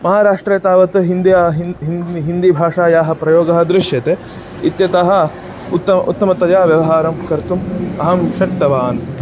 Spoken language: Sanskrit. महाराष्ट्रे तावत् हिन्द्या हि हिन्दीभाषायाः प्रयोगः दृश्यते इत्यतः उत उत्तमतया व्यवहारं कर्तुम् अहं शक्तवान्